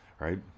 right